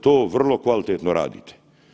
To vrlo kvalitetno radite.